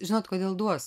žinot kodėl duos